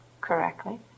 correctly